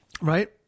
right